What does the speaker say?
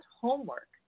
homework